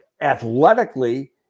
Athletically